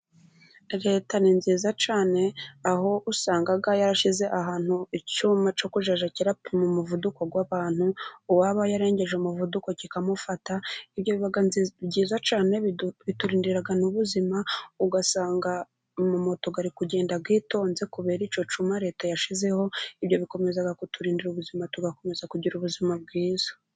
Leta ni nziza cyane aho usanga yarashize ahantu icyuma cyo kuzajya kirapima umuvuduko w'abantu, uwaba yarengeje umuvuduko kikamufata ibyo biba byiza cyane biturindira n'ubuzima ugasanga umumotari ari kugenda yitonze kubera icyo cyuma leta yashyizeho, ibyo bikomezaga kuturindira ubuzima tugakomeza kugira ubuzima bwiza.